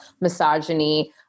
misogyny